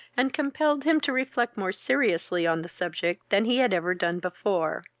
and compelled him to reflect more seriously on the subject than he had ever done before.